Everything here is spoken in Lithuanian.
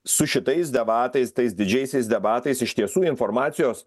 su šitais debatais tais didžiaisiais debatais iš tiesų informacijos